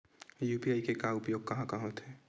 UPI के उपयोग कहां कहा होथे?